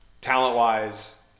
Talent-wise